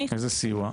איזה סיוע?